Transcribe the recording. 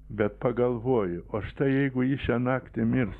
bet pagalvoju o štai jeigu ji šią naktį mirs